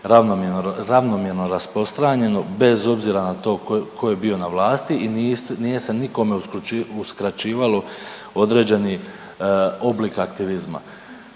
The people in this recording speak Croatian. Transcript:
ravnomjerno rasprostranjeno bez obzira na to tko je bio na vlasti i nije se nikome uskraćivalo određeni oblik aktivizma.